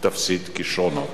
תפסיד כשרונות.